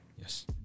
yes